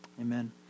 Amen